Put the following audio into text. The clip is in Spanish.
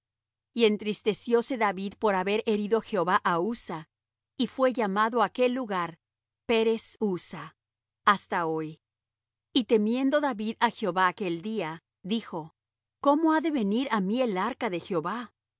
y entristecióse david por haber herido jehová á uzza y fué llamado aquel lugar pérez uzza hasta hoy y temiendo david á jehová aquel día dijo cómo ha de venir á mí el arca de jehová